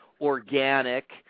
organic